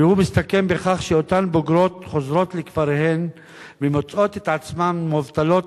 והוא מסתכם בכך שאותן בוגרות חוזרות לכפריהן ומוצאות את עצמן מובטלות,